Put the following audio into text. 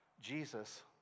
Jesus